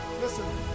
Listen